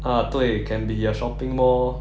ah 对 can be a shopping mall